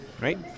right